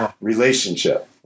Relationship